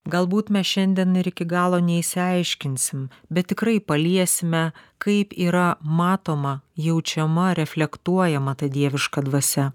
galbūt mes šiandien ir iki galo neišsiaiškinsim bet tikrai paliesime kaip yra matoma jaučiama reflektuojama ta dieviška dvasia